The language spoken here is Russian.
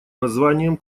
названием